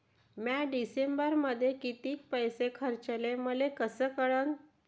म्या डिसेंबरमध्ये कितीक पैसे खर्चले मले कस कळन?